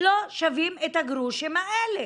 לא שווים את הגרושים האלה.